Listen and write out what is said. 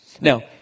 Now